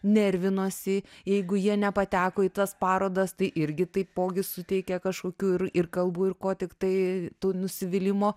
nervinosi jeigu jie nepateko į tas parodas tai irgi taipogi suteikė kažkokių ir ir kalbų ir ko tiktai to nusivylimo